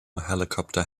helicopter